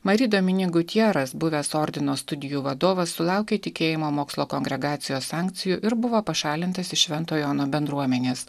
mari domining gutjeras buvęs ordino studijų vadovas sulaukė tikėjimo mokslo kongregacijos sankcijų ir buvo pašalintas iš švento jono bendruomenės